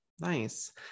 Nice